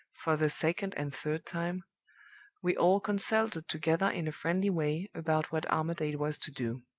for the second and third time we all consulted together in a friendly way about what armadale was to do.